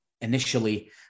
initially